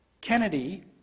Kennedy